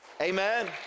amen